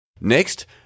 Next